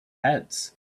heads